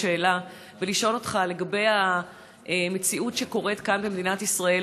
שאלה ולשאול אותך לגבי המציאות שקורית כאן במדינת ישראל.